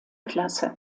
klasse